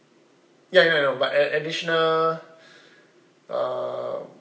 ya I know I know but additional uh